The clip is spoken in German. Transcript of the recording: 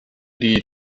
die